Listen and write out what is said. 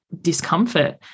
discomfort